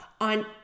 on